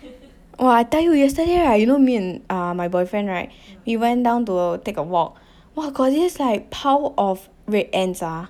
!wah! I tell you yesterday right you know me and ah my boyfriend right we went down to take a walk !wah! got this pile of red ants ah